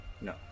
no